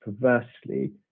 perversely